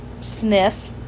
sniff